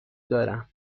دارم